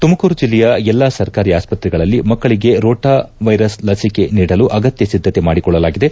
ತುಮಕೂರು ಜಲ್ಲೆಯ ಎಲ್ಲಾ ಸರ್ಕಾರಿ ಆಸ್ಪತ್ರೆಗಳಲ್ಲಿ ಮಕ್ಕಳಿಗೆ ರೋಟಾ ವೈರಸ್ ಲಸಿಕೆ ನೀಡಲು ಅಗತ್ಯ ಸಿದ್ದತೆ ಮಾಡಿಕೊಳ್ಳಲಾಗಿದೆ